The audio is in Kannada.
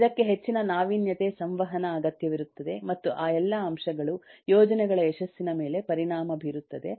ಇದಕ್ಕೆ ಹೆಚ್ಚಿನ ನಾವೀನ್ಯತೆ ಸಂವಹನ ಅಗತ್ಯವಿರುತ್ತದೆ ಮತ್ತು ಆ ಎಲ್ಲಾ ಅಂಶಗಳು ಯೋಜನೆಗಳ ಯಶಸ್ಸಿನ ಮೇಲೆ ಪರಿಣಾಮ ಬೀರುತ್ತವೆ